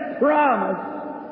promise